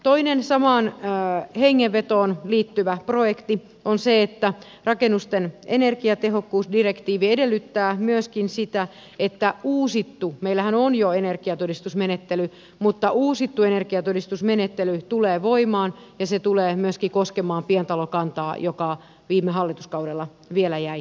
toinen samaan hengenvetoon liittyvä projekti on se että rakennusten energiatehokkuusdirektiivi edellyttää myöskin sitä että uusittu meillähän on jo energiatodistusmenettely mutta uusittu energiatodistusmenettely tulee voimaan ja se tulee myöskin koskemaan pientalokantaa mikä viime hallituskaudella vielä jäi tekemättä